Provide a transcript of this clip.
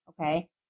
Okay